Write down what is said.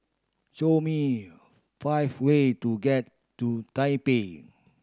show me five way to get to Taipei